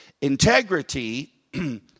Integrity